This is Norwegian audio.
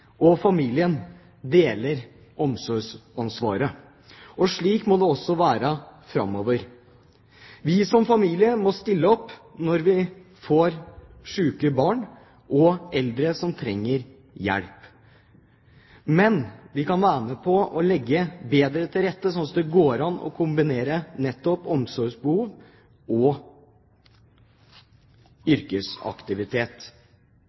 og familien deler omsorgsansvaret, og slik må det også være framover. Vi som familie må stille opp når vi får syke barn og eldre som trenger hjelp. Men vi kan være med på å legge bedre til å rette, slik at det går an å kombinere nettopp omsorgsbehov og